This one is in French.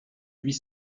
huit